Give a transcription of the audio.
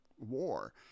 war